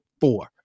four